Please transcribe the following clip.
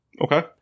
Okay